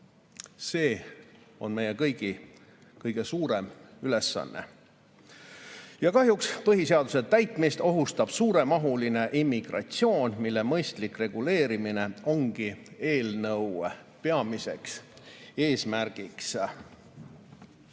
See on meie kõigi kõige suurem ülesanne. Kahjuks põhiseaduse täitmist ohustab suuremahuline immigratsioon, mille mõistlik reguleerimine ongi eelnõu peamine eesmärk. Eelnõu